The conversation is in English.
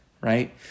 right